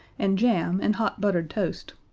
and jam and hot buttered toast,